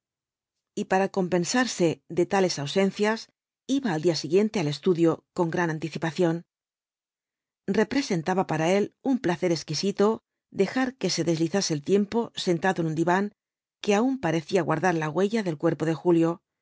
y para compensarse de tales ausencias iba al día iguiente al estudio con gran anticipación representaba para él un placer exquisito dejar que se deslizase el tiempo sentado en un diván que aun parecía guardar la huella del cuerpo de julio